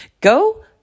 Go